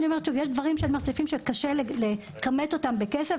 יש דברים שקשה לכמת בכסף,